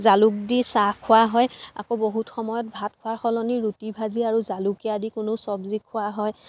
জালুক দি চাহ খোৱা হয় আকৌ বহুত সময়ত ভাত খোৱাৰ সলনি ৰুটি ভাজি আৰু জালুকীয়া আদি কোনো চব্জী খোৱা হয়